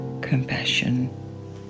compassion